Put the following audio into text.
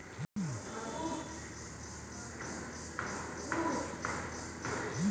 chitosan চিটোনের মতো হলেও অম্ল জল দ্রাবকে গুলে গিয়ে মিশে যেতে পারে